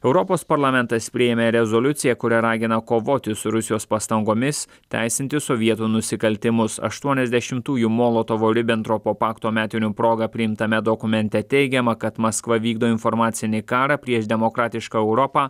europos parlamentas priėmė rezoliuciją kuria ragina kovoti su rusijos pastangomis teisinti sovietų nusikaltimus aštuoniasdešimtųjų molotovo ribentropo pakto metinių proga priimtame dokumente teigiama kad maskva vykdo informacinį karą prieš demokratišką europą